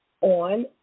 on